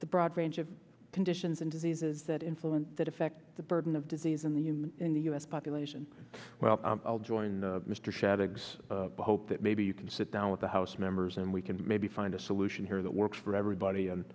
the broad range of conditions and diseases that influence that effect the burden of disease in the human in the u s population well i'll join mr shadegg i hope that maybe you can sit down with the house members and we can maybe find a solution here that works for everybody and